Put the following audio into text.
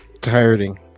Tiring